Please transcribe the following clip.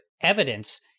evidence